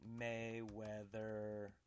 Mayweather